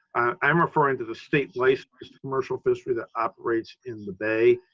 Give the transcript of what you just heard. i'm referring to the state licensed commercial fishery that operates in the bay.